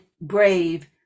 brave